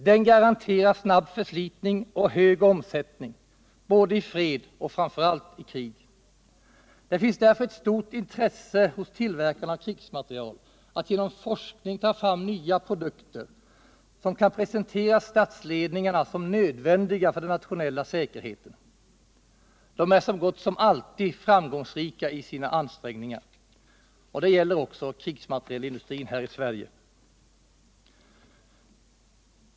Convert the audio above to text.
Den garanterar snabb förslitning och hög omsättning både i fred och framför allt i krig. Det finns därför ett stort intresse hos tillverkarna-av krigsmateriel att genom forskning ta fram nya produkter som kan presenteras statsledningarna som nödvändiga för den nationella säkerheten. De är så gott som alltid framgångsrika i sina ansträngningar. Det gäller också krigsmaterielindustrin i Sverige.